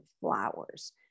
flowers